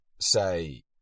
say